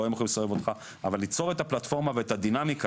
לא הם יכולים לסובב אותך אבל ליצור את הפלטפורמה ואת הדינמיקה